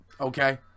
Okay